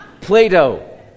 Plato